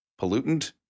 pollutant